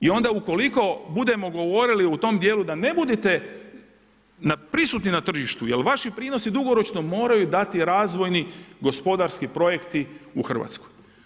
I onda ukoliko budemo govorili u tom dijelu da ne budete prisutni na tržištu jel vaši prinosi dugoročno moraju dati razvojni gospodarski projekti u Hrvatskoj.